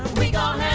we got